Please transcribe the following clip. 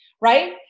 right